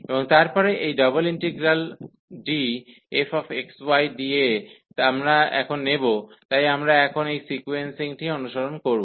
এবং তারপরে এই ডবল ইন্টিগ্রালটি ∬DfxydA আমরা এখন নেব তাই আমরা এখন এই সিকোয়েন্সিংটি অনুসরণ করব